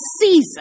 season